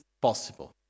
possible